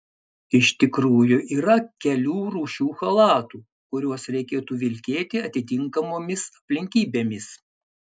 iš tikrųjų yra kelių rūšių chalatų kuriuos reikėtų vilkėti atitinkamomis aplinkybėmis